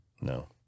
No